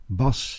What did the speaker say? bas